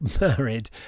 married